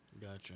Gotcha